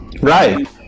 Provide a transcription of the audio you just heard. Right